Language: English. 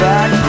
Back